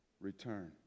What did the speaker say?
return